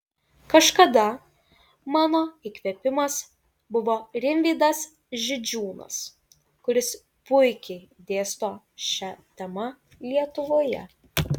kažkada mano įkvėpimas buvo rimvydas židžiūnas kuris puikiai dėsto šia tema lietuvoje